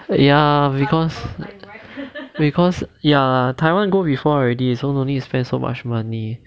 ya because because ya taiwan go before already so no need spend so much money